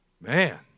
Man